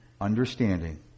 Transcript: Understanding